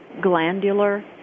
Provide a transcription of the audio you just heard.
glandular